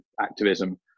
activism